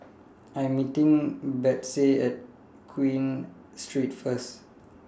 I Am meeting Betsey At Queen Street First